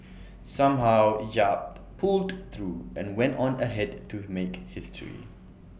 somehow yap pulled through and went on ahead to make history